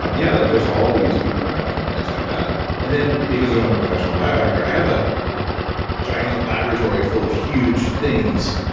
yeah there's always people around and things like that and then, because i'm a professional buy-backer, i have a giant laboratory full of huge things.